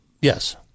Yes